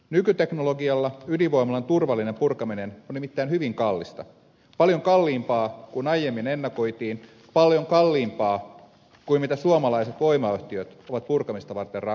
nykyteknologialla ydinvoimalan turvallinen purkaminen on nimittäin hyvin kallista paljon kalliimpaa kuin aiemmin ennakoitiin paljon kalliimpaa kuin suomalaiset voimayhtiöt ovat purkamista varten rahastoineet